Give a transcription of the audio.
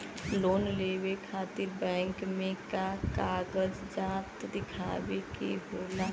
Loan लेवे खातिर bank मे का कागजात दिखावे के होला?